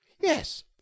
yes